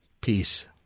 Peace